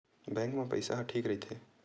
Bank मा पईसा ह ठीक राइथे?